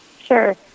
Sure